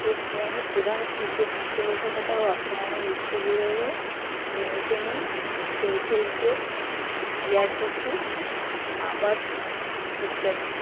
পশ্চিমবঙ্গের প্রধান শিল্প পৃষ্ঠপোষকতা ও অর্থায়নের উৎসগুলো হলো MSME self help group DR DC NABARD ইত্যাদি